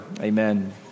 Amen